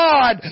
God